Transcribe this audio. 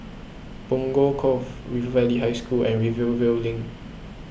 Punggol Cove River Valley High School and Rivervale Link